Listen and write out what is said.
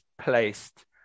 placed